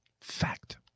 fact